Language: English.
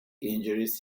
injuries